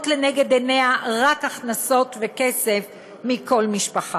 לנגד עיניה רק הכנסות וכסף מכל משפחה.